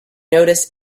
notice